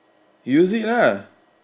use it ah